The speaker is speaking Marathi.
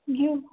घेऊ